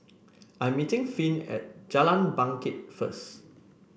I'm meeting Finn at Jalan Bangket first